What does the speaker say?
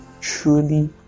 truly